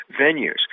venues